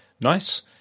nice